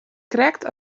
krekt